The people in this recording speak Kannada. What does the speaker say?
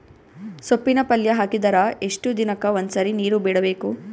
ಸೊಪ್ಪಿನ ಪಲ್ಯ ಹಾಕಿದರ ಎಷ್ಟು ದಿನಕ್ಕ ಒಂದ್ಸರಿ ನೀರು ಬಿಡಬೇಕು?